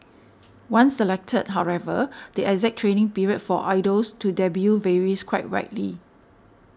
once selected however the exact training period for idols to debut varies quite widely